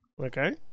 Okay